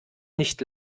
nicht